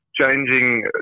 changing